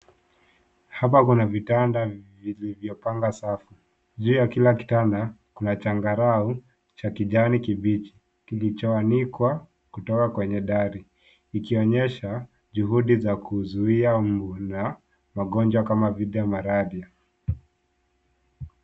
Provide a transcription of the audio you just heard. Hapa kuna vitanda vilivyopanga safu. Juu ya kila kitanda, kuna changarau, cha kijani kibichi, kilichoanikwa kutoka kwenye dari. Kikionyesha, juhudi za kuzuia mbu na magonjwa kama vile malaria.